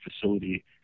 facility